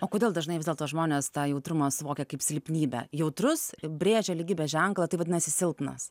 o kodėl dažnai vis dėlto žmonės tą jautrumą suvokia kaip silpnybę jautrus brėžia lygybės ženklą tai vadinasi silpnas